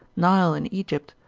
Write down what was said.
nile in egypt,